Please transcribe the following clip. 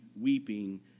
weeping